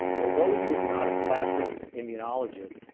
although he was not a classic immunologist,